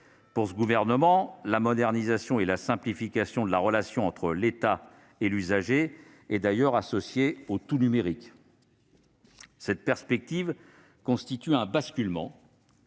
Pour ce gouvernement, la modernisation et la simplification de la relation entre État et usagers sont d'ailleurs associées au tout-numérique. Cette perspective constitue un basculement